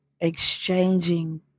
exchanging